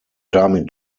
damit